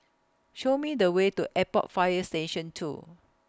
Show Me The Way to Airport Fire Station two